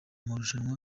marushanwa